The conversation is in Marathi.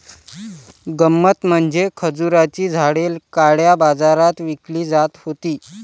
गंमत म्हणजे खजुराची झाडे काळ्या बाजारात विकली जात होती